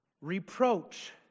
Reproach